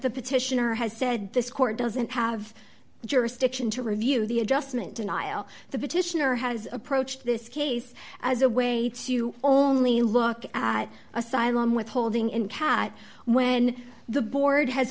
the petitioner has said this court doesn't have jurisdiction to review the adjustment denial the petitioner has approached this case as a way to only look at asylum withholding and cat when the board has